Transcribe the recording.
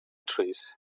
trees